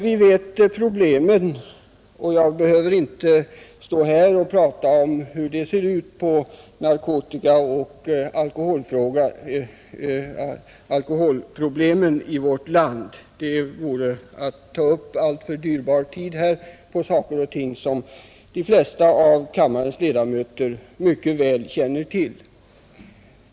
Vi känner till problemen, och jag behöver inte stå här och prata om hur det ser ut när det gäller narkotikaoch alkoholfrågorna i vårt land — det vore att lägga ned alltför dyrbar tid på saker och ting som de flesta av kammarens ledamöter mycket väl känner till.